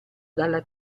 dalla